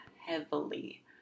heavily